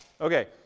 Okay